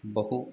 बहु